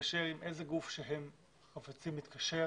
לתקשר עם איזה גוף שהם חפצים לתקשר